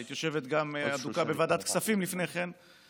היית גם יושבת אדוקה בוועדת הכספים לפני כן,